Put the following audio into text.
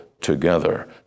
together